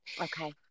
Okay